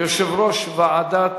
לוועדת